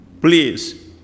Please